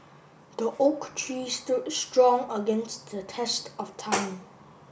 the oak tree stood strong against the test of time